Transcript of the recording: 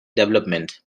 development